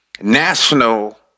national